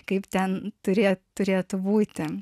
kaip ten turė turėtų būti